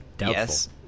yes